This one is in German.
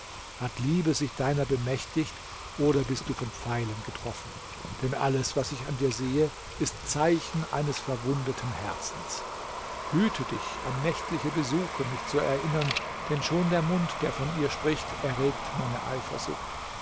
hat liebe sich deiner bemächtigt oder bist du von pfeilen getroffen denn alles was ich an dir sehe ist zeichen eines verwundeten herzens hüte dich an nächtliche besuche mich zu erinnern denn schon der mund der von ihr spricht erregt meine eifersucht